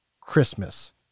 Christmas